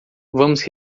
vamos